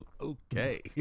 okay